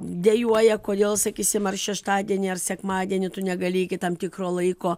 dejuoja kodėl sakysim ar šeštadienį ar sekmadienį tu negali iki tam tikro laiko